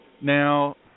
Now